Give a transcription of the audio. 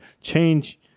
change